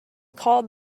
called